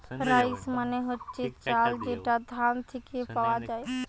rice মানে হচ্ছে চাল যেটা ধান থিকে পাওয়া যায়